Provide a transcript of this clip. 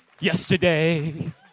Yesterday